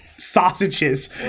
sausages